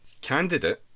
candidate